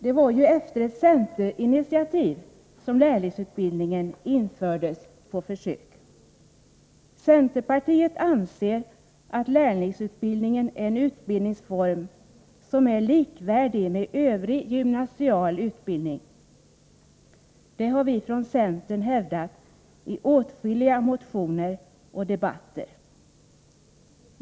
Det var som bekant efter ett centerinitiativ som lärlingsutbildningen infördes på försök. Centerpartiet anser att lärlingsutbildningen är en utbildningsform som är likvärdig med övrig gymnasial utbildning. Det har vi hävdat i åtskilliga motioner och debatter.